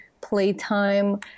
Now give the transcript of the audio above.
playtime